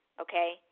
Okay